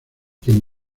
quien